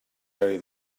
very